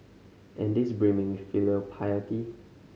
and is brimming with filial piety